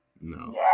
No